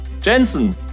Jensen